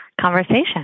conversation